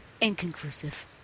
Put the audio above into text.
inconclusive